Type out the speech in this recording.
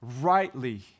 rightly